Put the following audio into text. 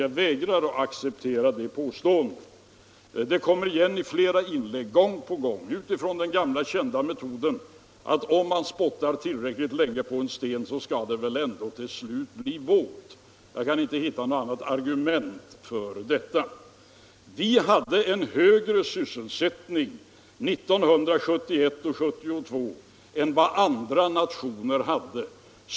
Jag vägrar att acceptera det påståendet, och det har jag sagt tidigare i dag. Påståendet kommer igen gång på gång i flera inlägg. Och jag kan inte hitta någon annan förklaring till det än den gamla kända metoden att om man spottar tillräckligt länge på en sten så skall den väl ändå till slut bli våt. Vi hade högre sysselsättning 1971 och 1972 än vad andra nationer hade.